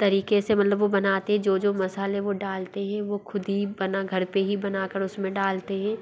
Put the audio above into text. तरीक़े से मतलब वो बनाते हैं जो जो मसाले वो डालते हें वो ख़ुद ही बना घर पर ही बना कर उस में डालते हें